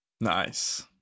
Nice